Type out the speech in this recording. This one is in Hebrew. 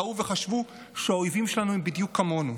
טעו וחשבו שהאויבים שלנו הם בדיוק כמונו.